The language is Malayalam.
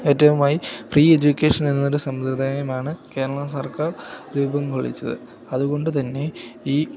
ഏറ്റവുമായി ഫ്രീ എഡജ്യൂക്കേഷനെന്നൊരു സമ്പ്രദായമാണ് കേരള സർക്കാർ രൂപം കൊള്ളിച്ചത് അതുകൊണ്ട് തന്നെ ഈ